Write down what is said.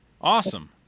Awesome